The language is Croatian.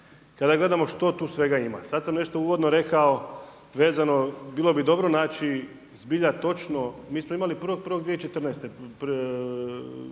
kada gledamo što tu svega ima. Sad sam nešto uvodno rekao vezano bilo bi dobro naći zbilja točno, mi smo imali 1.1.2014.,